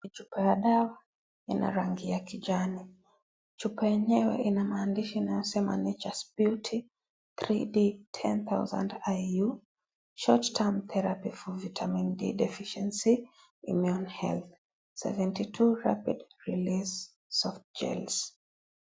Chupa ya dawa ina rangi ya kijani, chupa yenyewe ina maandishi inayosema nature's beauty 3D 10000IU. Short term therapy for vitamin D deficiency immune health,72 rapid release soft gels .